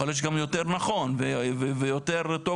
יכול להיות שגם יותר נכון ויותר טוב